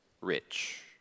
rich